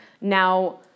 Now